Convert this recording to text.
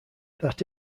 that